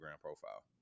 profile